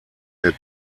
der